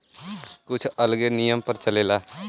कुछ अलगे नियम पर चलेला